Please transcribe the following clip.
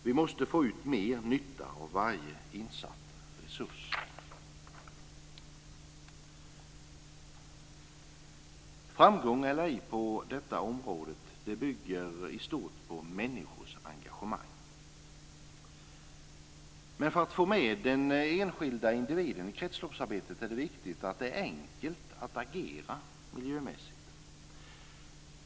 Vi måste få ut mer nytta av varje insatt resurs. Framgång eller ej på detta område bygger i stort på människors engagemang. För att få med den enskilde individen i kretsloppsarbetet är det viktigt att det är enkelt att agera miljömässigt.